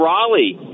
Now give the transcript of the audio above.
Raleigh